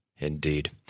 Indeed